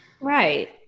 Right